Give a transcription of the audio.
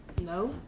No